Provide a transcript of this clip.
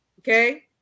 Okay